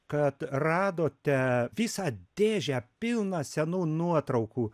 kad radote visą dėžę pilną senų nuotraukų